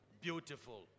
Beautiful